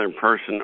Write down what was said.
person